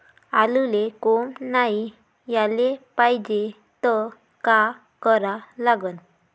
आलूले कोंब नाई याले पायजे त का करा लागन?